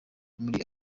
muri